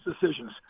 decisions